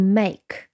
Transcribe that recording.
make